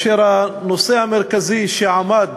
הנושא המרכזי שעמד